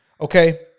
Okay